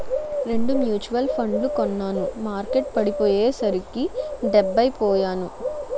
రెండు మ్యూచువల్ ఫండ్లు కొన్నాను మార్కెట్టు పడిపోయ్యేసరికి డెబ్బై పొయ్యాను